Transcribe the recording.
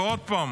ועוד פעם